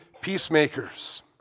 peacemakers